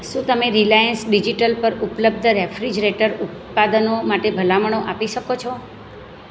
શું તમે રિલાયન્સ ડિજિટલ પર ઉપલબ્ધ રેફ્રિજરેટર ઉત્પાદનો માટે ભલામણો આપી શકો છો